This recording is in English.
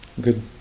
Good